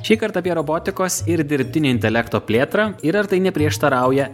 šįkart apie robotikos ir dirbtinio intelekto plėtrą ir ar tai neprieštarauja